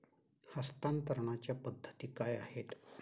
हस्तांतरणाच्या पद्धती काय आहेत?